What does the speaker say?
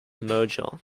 merger